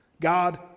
God